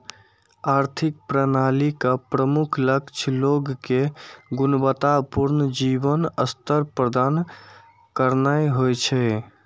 आर्थिक प्रणालीक प्रमुख लक्ष्य लोग कें गुणवत्ता पूर्ण जीवन स्तर प्रदान करनाय होइ छै